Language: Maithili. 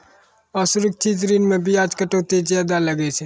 असुरक्षित ऋण मे बियाज कटौती जादा लागै छै